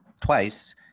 twice